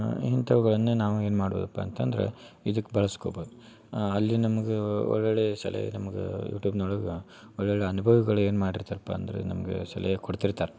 ಇಂಥವುಗಳನ್ನ ನಾವು ಏನು ಮಾಡ್ಬೋದಪ್ಪ ಅಂತಂದ್ರ ಇದಕ್ಕೆ ಬಳಸ್ಕೊಬೋದು ಅಲ್ಲಿ ನಮ್ಗೆ ಒಳೊಳ್ಳೆಯ ಸಲಹೆ ನಮ್ಗೆ ಯೂಟೂಬ್ನೊಳ್ಗ ಒಳ್ಳೊಳ್ಳೆಯ ಅನ್ಭವಿಗಳು ಏನು ಮಾಡಿರ್ತಾರಪ್ಪ ಅಂದ್ರ ನಮಗೆ ಸಲಹೆ ಕೊಡ್ತಿರ್ತಾರೆ